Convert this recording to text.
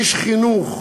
איש חינוך,